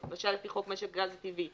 למשל לפי חוק משק הגז הטבעי.